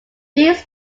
these